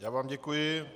Já vám děkuji.